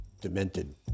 demented